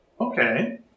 okay